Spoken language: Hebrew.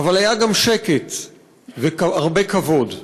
אבל היה גם שקט והרבה כבוד.